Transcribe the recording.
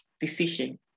decision